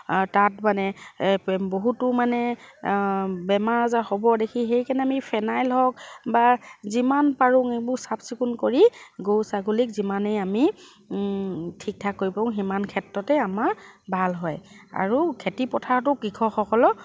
তাত মানে বহুতো মানে বেমাৰ আজাৰ হ'ব দেখি সেইকাৰণে আমি ফেনাইল হওক বা যিমান পাৰো এইবোৰ চাফ চিকুণ কৰি গৰু ছাগলীক যিমানেই আমি ঠিক ঠাক কৰিব পাৰো সিমান ক্ষেত্ৰতে আমাৰ ভাল হয় আৰু খেতি পথাৰতো কৃষকসকলক